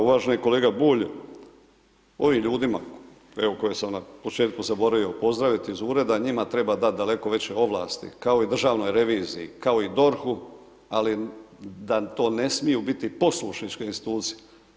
Uvaženi kolega Bulj, ovim ljudima evo koje sam na početku zaboravio pozdraviti iz ureda, njima treba dati daleko veće ovlasti kao i državnoj reviziji, kao i DORH-u, ali da to ne smiju biti poslušničke institucije.